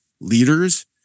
leaders